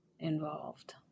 Involved